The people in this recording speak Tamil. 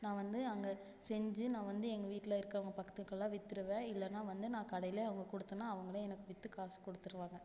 நான் வந்து அங்கே செஞ்சு நான் வந்து எங்கள் வீட்டில் இருக்கிறவங்க பக்கத்துலலாம் விற்றுருவன் இல்லைன்னா வந்து நான் கடையில் அவங்க கொடுத்தனா அவங்களே எனக்கு விற்று காசு கொடுத்துருவாங்க